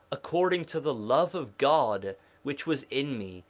according to the love of god which was in me,